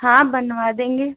हाँ बनवा देंगे